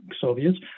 Soviets